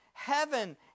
Heaven